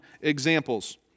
examples